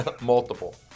Multiple